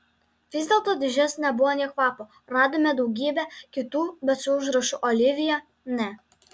vis dėlto dėžės nebuvo nė kvapo radome daugybę kitų bet su užrašu olivija ne